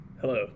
hello